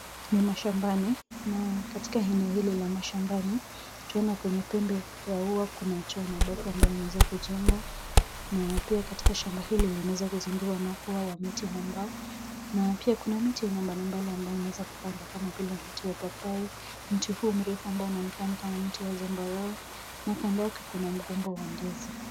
Ni mashamabani na katika eneo hili la mashambani twaona kwenye pembe ya ua kuna choo na bafu ambayo zimewezwa kujengwa na pia katika shamba hili limeweza kuzingirwa na ua wa miti na mbao na pia kuna miti aina mbalimbali ambayo imeweza kupandwa kama vile mti wa papai, mtu huu mrefu ambao unaonekana kama mti wa zambarau na kando yake kuna mgomba wa ndizi.